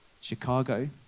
Chicago